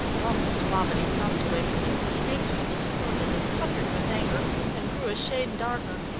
all his suavity dropped away from him, his face was distorted and puckered with anger and grew a shade darker.